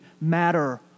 matter